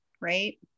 right